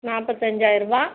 நாற்பத்தஞ்சாயிருவா